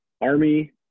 Army